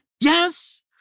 Yes